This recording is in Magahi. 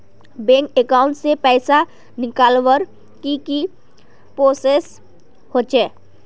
बैंक अकाउंट से पैसा निकालवर की की प्रोसेस होचे?